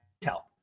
Tell